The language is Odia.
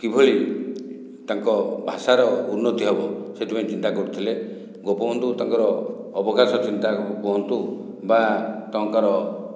କିଭଳି ତାଙ୍କ ଭାଷାର ଉନ୍ନତି ହେବ ସେଥିପାଇଁ ଚିନ୍ତା କରୁଥିଲେ ଗୋପବନ୍ଧୁ ତାଙ୍କର ଅବକାଶ ଚିନ୍ତା କୁହନ୍ତୁ ବା ତାଙ୍କର